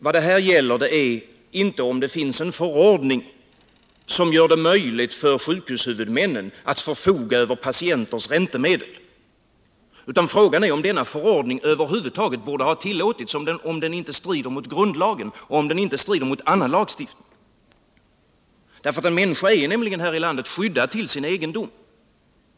Vad det här gäller är inte om det finns en förordning som gör det möjligt för sjukhushuvudmännen att förfoga över patienters räntemedel utan frågan är om denna förordning över huvud taget borde ha tillåtits, om den inte strider mot grundlagen, om den inte strider mot annan lagstiftning. En människa är nämligen i vårt land skyddad till sin egendom.